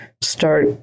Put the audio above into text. start